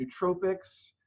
nootropics